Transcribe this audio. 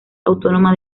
autónoma